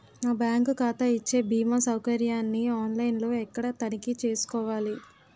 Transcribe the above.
నా బ్యాంకు ఖాతా ఇచ్చే భీమా సౌకర్యాన్ని ఆన్ లైన్ లో ఎక్కడ తనిఖీ చేసుకోవాలి?